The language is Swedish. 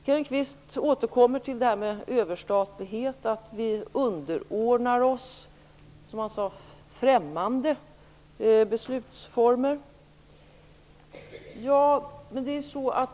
Kenneth Kvist återkommer till detta med överstatlighet och att vi underordnar oss, som han sade, främmande beslutsformer.